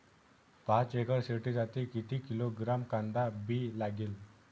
पाच एकर शेतासाठी किती किलोग्रॅम कांदा बी लागेल?